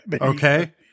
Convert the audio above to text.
Okay